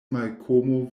malkomo